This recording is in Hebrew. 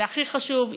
והכי חשוב,